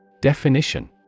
Definition